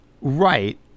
Right